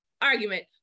argument